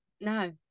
no